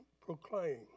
proclaim